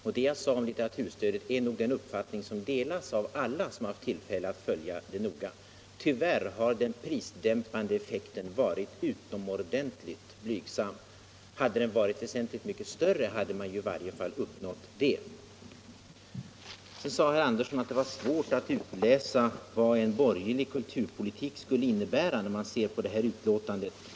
Jag skulle tro att den uppfattning jag uttryckte om litteraturstödet delas av alla som haft tillfälle att noga följa det. Tyvärr har den prisdämpande effekten varit utomordentligt blygsam. Hade den varit väsentligt mycket större, skulle man i varje fall ha haft något att peka på. Herr Andersson i Lycksele sade att det är svårt att utläsa vad en borgerlig kulturpolitik skulle innebära när man studerar betänkandet.